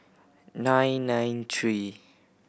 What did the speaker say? nine nine three